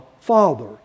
Father